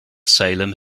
salem